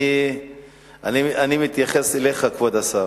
אני מתייחס אליך, כבוד השר.